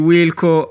Wilco